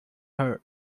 her